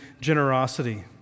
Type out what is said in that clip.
generosity